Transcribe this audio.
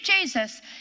Jesus